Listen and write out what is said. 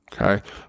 Okay